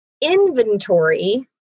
inventory